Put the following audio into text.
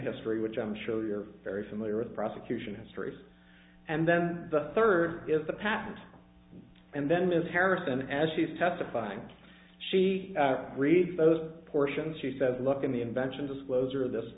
history which i'm sure you're very familiar with the prosecution histories and then the third is the patent and then ms harrison as she's testifying she read those portions she says look in the invention disclosure of this